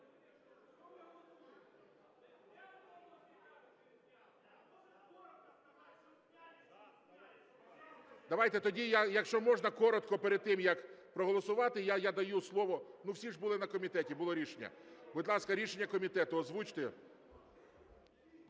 Давайте тоді, якщо можна коротко, перед тим, як проголосувати, я надаю слово… Ну, всі ж були на комітеті, було рішення. Будь ласка, рішення комітету озвучте.